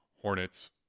Hornets